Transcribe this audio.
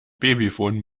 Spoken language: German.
babyphon